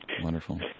Wonderful